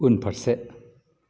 उनफारसे